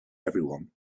everyone